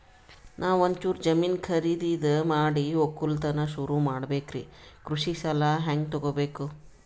ನಾ ಒಂಚೂರು ಜಮೀನ ಖರೀದಿದ ಮಾಡಿ ಒಕ್ಕಲತನ ಸುರು ಮಾಡ ಬೇಕ್ರಿ, ಕೃಷಿ ಸಾಲ ಹಂಗ ತೊಗೊಬೇಕು?